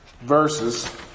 verses